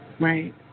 Right